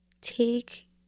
take